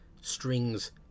Strings